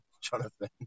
Jonathan